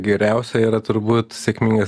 geriausia yra turbūt sėkmingas